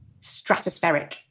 stratospheric